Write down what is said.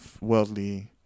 worldly